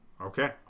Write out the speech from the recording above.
Okay